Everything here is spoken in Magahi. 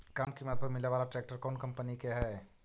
कम किमत पर मिले बाला ट्रैक्टर कौन कंपनी के है?